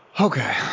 Okay